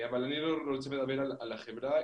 אבל אני לא רוצה לדבר על החברה,